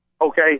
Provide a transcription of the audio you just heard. Okay